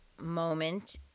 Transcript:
moment